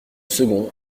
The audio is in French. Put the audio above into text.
second